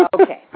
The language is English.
Okay